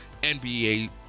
NBA